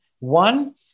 One